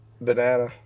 Banana